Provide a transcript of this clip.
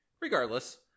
Regardless